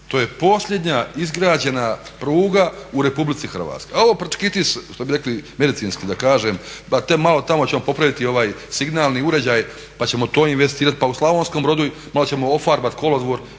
To je posljednja izgrađena pruga u RH. A ovo prčkitis što bi rekli medicinski da kažem pa malo tamo ćemo popraviti ovaj signalni uređaj pa ćemo to investirati pa u Slavonskom Brodu malo ćemo ofarbati kolodvor